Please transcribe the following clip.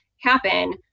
happen